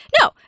No